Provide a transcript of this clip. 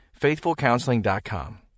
FaithfulCounseling.com